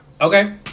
Okay